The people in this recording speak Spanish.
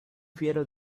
fiero